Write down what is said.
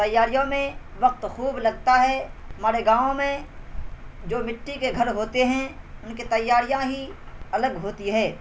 تیاریوں میں وقت خوب لگتا ہے ہمارے گاؤں میں جو مٹی کے گھر ہوتے ہیں ان کے تیاریاں ہی الگ ہوتی ہیں